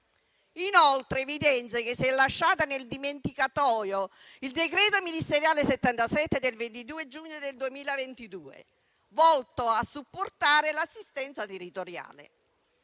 Inoltre, evidenzio che si è lasciato nel dimenticatoio il decreto ministeriale n. 77 del 22 giugno 2022, volto a supportare l'assistenza territoriale.